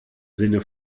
sinne